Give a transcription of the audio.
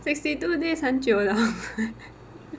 sixty two days 很久了 eh